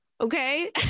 Okay